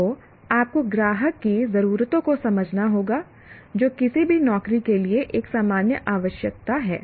तो आपको ग्राहक की जरूरतों को समझना होगा जो किसी भी नौकरी के लिए एक सामान्य आवश्यकता है